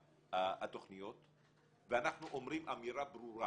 התוכניות ואנחנו אומרים אמירה ברורה